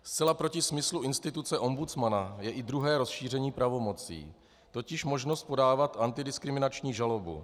Zcela proti smyslu instituce ombudsmana je i druhé rozšíření pravomocí, totiž možnost podávat antidiskriminační žalobu.